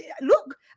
Look